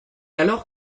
alors